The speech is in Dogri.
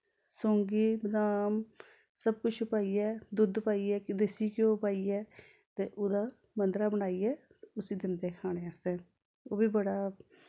सौंगी बदाम सब कुछ पाइयै दुद्ध पाइयै देसी घ्यो पाइयै ते ओह्दा मद्धरा बनाइयै उस्सी दिंदे खाने आस्तै ओह् बी बड़ा